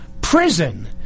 prison